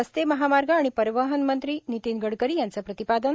रस्ते महामार्ग आणि परिवहन मंत्री नितीन गडकरी यांचं प्रतिपादन